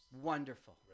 Wonderful